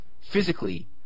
physically